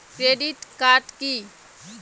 Credit card key?